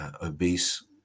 obese